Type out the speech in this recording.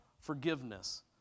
forgiveness